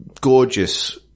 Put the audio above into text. gorgeous